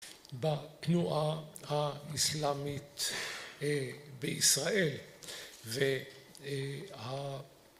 בתנועה האסלאמית בישראל